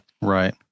right